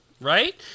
right